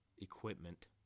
equipment